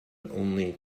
only